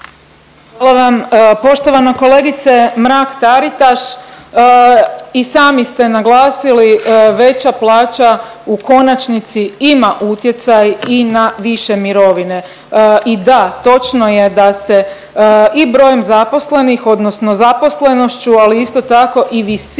Hvala vam. Poštovana kolegice Mrak-Taritaš i sami ste naglasili veća plaća u konačnici ima utjecaj i na više mirovine. I da, točno je i da se brojem zaposlenih odnosno zaposlenošću, ali isto tako i visinom